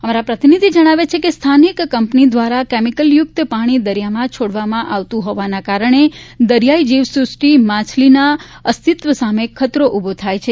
અમારા પ્રતિનિધિ જણાવે છે કે સ્થાનિક કંપની દ્વારા કેમીકલયુક્ત પાણી દરિયામાં છોડવામાં આવતું હોવાને કારણે દરિયાઇ જીવસૃષ્ટિ માછીના અસ્તિત્વ સામે ખતરો ઉભો થાય છે